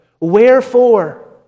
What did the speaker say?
Wherefore